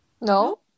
No